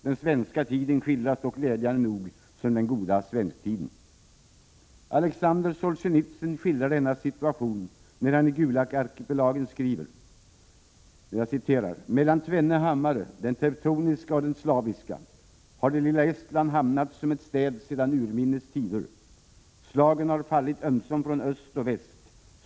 Den svenska tiden skildras dock glädjande nog som ”den goda svensktiden”. Alexandr Solsjenitsyn skildrar denna situation när han i Gulagarkipelagen skriver: ”mellan tvenne hammare — den teutoniska och den slaviska — har det lilla Estland hamnat som ett städ sedan urminnes tider. Slagen har fallit ömsom från öst och väst.